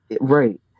right